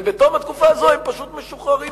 ובתום התקופה הזאת הם פשוט משוחררים